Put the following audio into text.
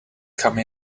come